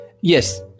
Yes